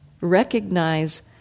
recognize